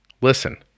Listen